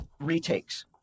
retakes